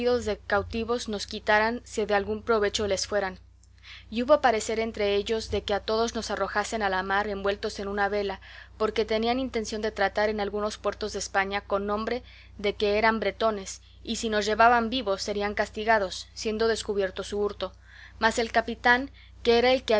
cautivos nos quitaran si de algún provecho les fueran y hubo parecer entre ellos de que a todos nos arrojasen a la mar envueltos en una vela porque tenían intención de tratar en algunos puertos de españa con nombre de que eran bretones y si nos llevaban vivos serían castigados siendo descubierto su hurto mas el capitán que era el